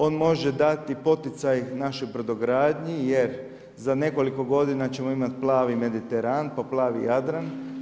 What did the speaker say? On može dati poticaj našoj brodogradnji, jer za nekoliko godina ćemo imati plavi Mediteran, pa plavi Jadran.